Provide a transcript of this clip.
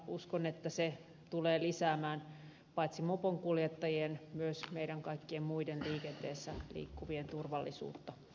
uskon että se tulee lisäämään paitsi moponkuljettajien myös meidän kaikkien muiden liikenteessä liikkuvien turvallisuutta